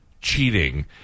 cheating